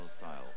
style